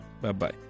Bye-bye